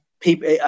people